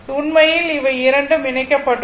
உண்மையில் இவை இரண்டும் இணைக்கப்பட்டுள்ளன